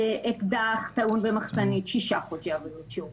אקדח טעון ומחסנית שישה חודשי עבודות שירות,